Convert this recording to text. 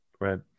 Right